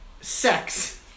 sex